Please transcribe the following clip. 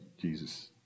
Jesus